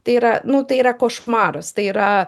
tai yra nu tai yra košmaras tai yra